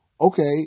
okay